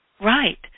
Right